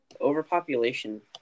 overpopulation